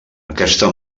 aquesta